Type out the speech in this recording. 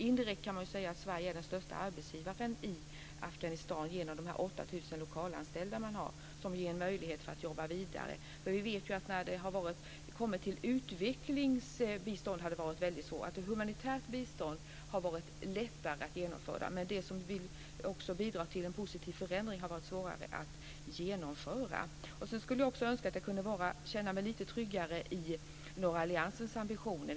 Indirekt kan man säga att Sverige är den största arbetsgivaren i Afghanistan genom de 8 000 lokalanställda som ger en möjlighet att jobba vidare. Vi vet dock att det när det kommit till utvecklingsbistånd har varit väldigt svårt. Humanitärt bistånd har det varit lättare att genomföra. Men det som också bidrar till en positiv förändring har det varit svårare att genomföra. Jag skulle även önska att jag kunde känna mig lite tryggare vad gäller norra alliansens ambitioner.